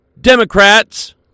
Democrats